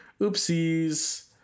oopsies